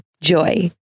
Joy